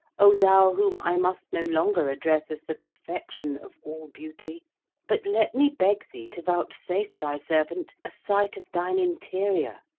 o thou whom i must no longer address as the perfection of all beauty but let me beg thee to vouchsafe thy servant a sight of thine interior.